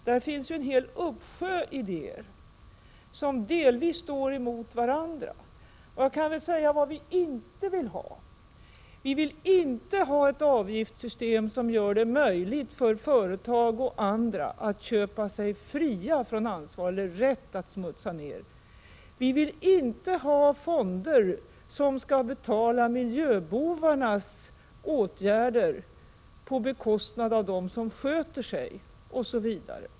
Där finns en hel uppsjö idéer, som delvis står emot varandra. Jag kan väl säga vad vi inte vill ha. Vi vill inte ha ett avgiftssystem som gör det möjligt för företagen och andra att köpa sig fria från ansvar eller köpa sig en rätt att smutsa ner, vi vill inte ha fonder som skall betala miljöbovarnas åtgärder, på bekostnad av dem som sköter sig, osv.